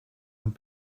ont